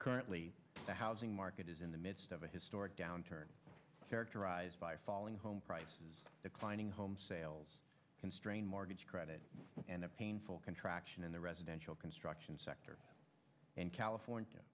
currently the housing market is in the midst of a historic downturn characterized by falling home prices climbing home sales constrained mortgage credit and a painful contraction in the residential construction sector and california